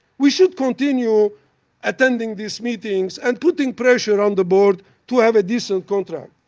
we should continue attending these meetings and putting pressure on the board to have a decent contract.